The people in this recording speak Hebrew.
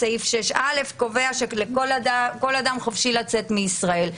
סעיף 6(א) קובע שכל אדם חופשי לצאת מישראל.